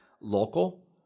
local